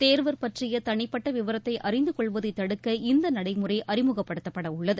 தேர்வர் பற்றிய தனிப்பட்ட விவரத்தை அறிந்து கொள்வதைத் தடுக்க இந்த நடைமுறை அறிமுகப்படுத்தப்பட உள்ளது